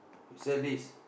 sell his